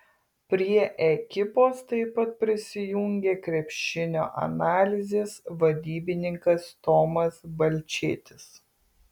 prie ekipos taip pat prisijungė krepšinio analizės vadybininkas tomas balčėtis